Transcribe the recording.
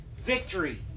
victory